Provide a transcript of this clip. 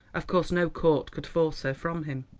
of course no court could force her from him.